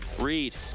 read